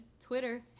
Twitter